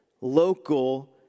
local